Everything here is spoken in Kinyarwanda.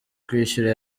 kwishyura